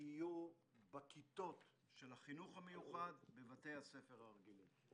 יהיו בכיתות של החינוך המיוחד בבתי הספר הרגילים;